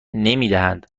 نمیدهند